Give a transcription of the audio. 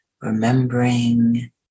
remembering